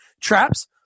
traps